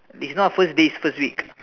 it's not first day it's first week